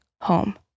home